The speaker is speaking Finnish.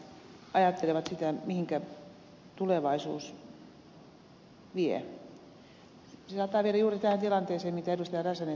se saattaa viedä juuri tähän tilanteeseen mitä ed